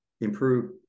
improve